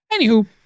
Anywho